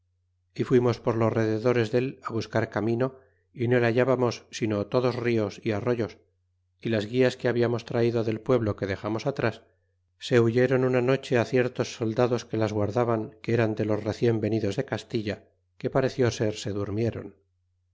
y fuimos por los rededores dél á buscar camino y no le hallábamos sino todos nos y arroyos y las guias que habiamos traido del pueblo que dexamos atras se huyeron una noche ciertos soldados que las guardaban que eran de los recien venidos de castilla que pareció ser se durmieron